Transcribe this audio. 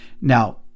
Now